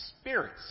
spirits